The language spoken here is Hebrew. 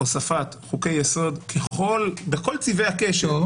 הוספת חוקי יסוד בכל צבעי הקשת,